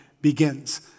begins